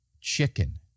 chicken